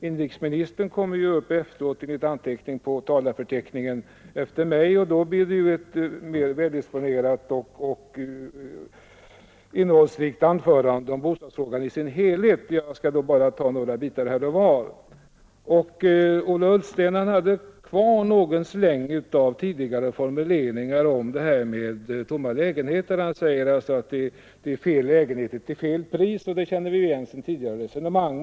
Inrikesministern kommer upp efter mig, enligt anteckning på talarförteckningen, och då blir det ett mer väldisponerat och innehållsrikt anförande om bostadspolitiken i dess helhet. Jag skall bara ta några bitar här och var. En fråga som diskuteras mycket och som är besvärlig är de tomma lägenheterna. Jag skall bara säga några ord om den. Ola Ullsten hade kvar någon släng av tidigare formuleringar om det här med tomma lägenheter. Han säger att det är fel lägenheter till fel pris, och det känner vi igen från tidigare resonemang.